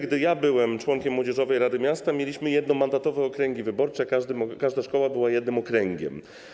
Gdy byłem członkiem młodzieżowej rady miasta, mieliśmy jednomandatowe okręgi wyborcze, każda szkoła była jednym okręgiem.